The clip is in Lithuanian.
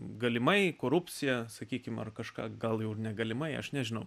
galimai korupcija sakykime ar kažką gal jau negalima aš nežinau